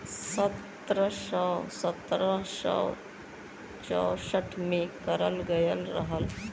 सत्रह सौ चौंसठ में करल गयल रहल